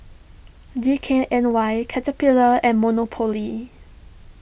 D K N Y Caterpillar and Monopoly